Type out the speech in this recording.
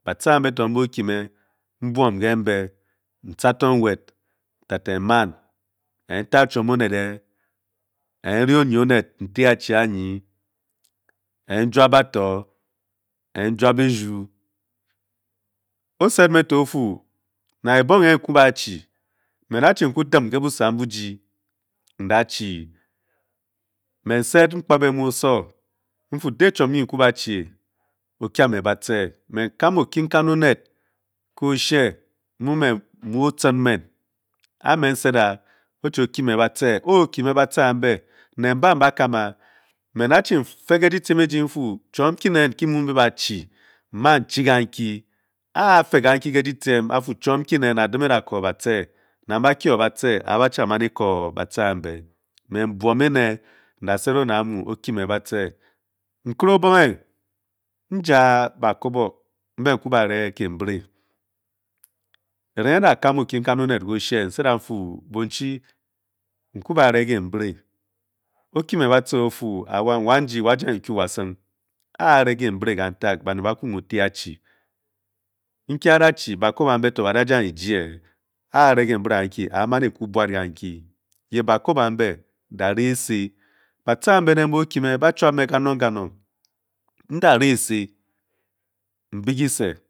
Batche ámbe mbe oki me mbuom ke be, ntche, nwet tete mman, me n-ta chuom onen-e, eri onyi onet nti achi anyi e-juab batoŕ e-juab eju. O|sed me to ofu na ebong ke nkuba chi, me da-chi nky dem ne busanh bu ji nda chi, me sad mgbabe mu osowo, de chuom ki nku ba chie o kiame batsa me nkam oki ngan onet ke o'she mu ochin mein á nset'a óchi o- kil me batcé, okii me batch a bé me ba ka'ma, me da chi fe ké dytiem nfu choum ki'neh ki mu be chi nman chi-ka-kî, áfe kakyi ke dytiem afu chuom ki-nen Adim Ada koó batche, nang ba-ki oo batche abe chii a man eko batche a be-me buom ené, cha sed oné ama o'kiio batche. Nkere obonge nja ba koboó nku ba reé kébere eringe nda kam okin kan onet ké o|shee ufu nku bá re kebré okime batche ofu wanji wa asang eku wa-sung, ba koboo ambe tó ba da jee, n-yip a da ré esi wa' to-o wa-sung batse abé ba choup me kanong ńda re esi n'be kiisé.